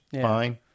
fine